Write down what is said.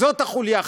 זו החוליה החלשה.